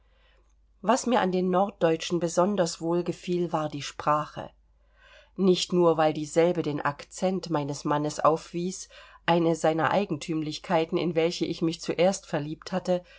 was mir an den norddeutschen besonders wohlgefiel war die sprache nicht nur weil dieselbe den accent meines mannes aufwies eine seiner eigentümlichkeiten in welche ich mich zuerst verliebt hatte